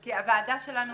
כי הוועדה שלנו,